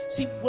See